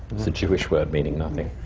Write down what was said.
it's a jewish word, meaning nothing.